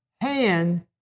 hand